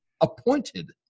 appointed